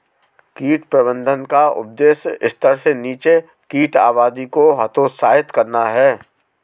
कीट प्रबंधन का उद्देश्य स्तर से नीचे कीट आबादी को हतोत्साहित करना है